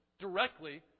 directly